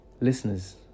Listeners